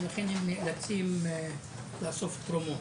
ולכן הם נאלצים לאסוף תרומות.